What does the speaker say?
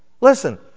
Listen